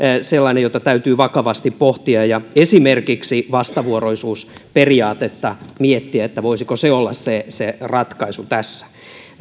sellainen jota täytyy vakavasti pohtia ja täytyy miettiä esimerkiksi vastavuoroisuusperiaatetta että voisiko se olla se se ratkaisu tässä